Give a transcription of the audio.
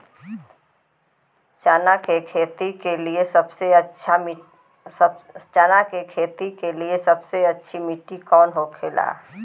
चना की खेती के लिए सबसे अच्छी मिट्टी कौन होखे ला?